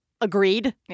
agreed